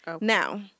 Now